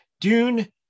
dune